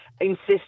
insist